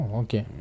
okay